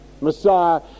messiah